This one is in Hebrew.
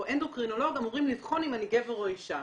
אנדוקרינולוג אמורים לבחון אם אני גבר או אישה?